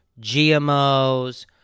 GMOs